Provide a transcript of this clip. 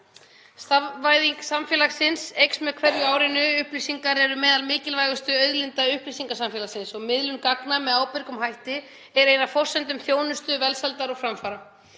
Stafvæðing samfélagsins eykst með hverju árinu. Upplýsingar eru meðal mikilvægustu auðlinda upplýsingasamfélagsins og miðlun gagna með ábyrgum hætti er ein af forsendum þjónustu, velsældar og framfara.